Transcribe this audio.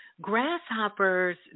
grasshoppers